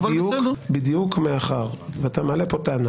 אבל בדיוק מאחר שאתה מעלה פה טענה